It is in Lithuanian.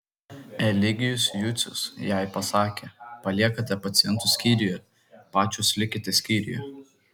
eligijus jucius jai pasakė paliekate pacientus skyriuje pačios likite skyriuje